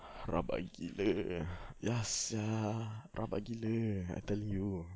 rabak gila ah ya sia rabak gila I tell you